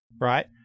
right